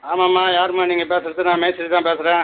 ஆமாம்ம யாரும்மா நீங்கள் பேசுகிறது நான் மேஸ்திரி தான் பேசுகிறேன்